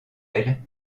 elle